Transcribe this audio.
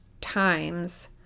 times